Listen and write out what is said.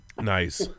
Nice